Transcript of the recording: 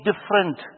different